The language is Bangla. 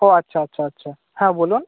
ও আচ্ছা আচ্ছা আচ্ছা হ্যাঁ বলুন